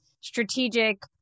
strategic